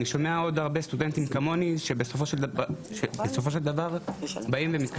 אני שומע עוד הרבה סטודנטים כמוני שבסופו של דבר מתקשרים